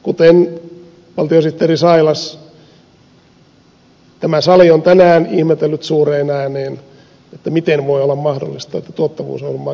kuten valtiosihteeri sailas tämä sali on tänään ihmetellyt suureen ääneen miten voi olla mahdollista että tuottavuusohjelmaa käytetään näin